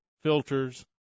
filters